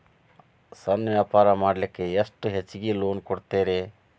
ಸಣ್ಣ ವ್ಯಾಪಾರ ಮಾಡ್ಲಿಕ್ಕೆ ಎಷ್ಟು ಹೆಚ್ಚಿಗಿ ಲೋನ್ ಕೊಡುತ್ತೇರಿ?